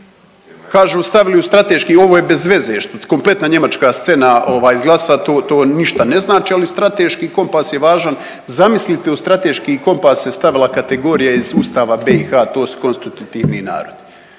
Kažu stavili u strateški, ovo je bez veze što kompletna njemačka scena ovaj izglasa to, to ništa ne znači, ali strateški kompas je važan. Zamislite u strateški kompas se stavila kategorija iz Ustava BiH, to su konstitutivni narodi.